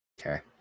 okay